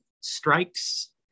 Strikes